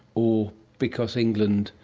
or because england,